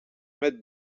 med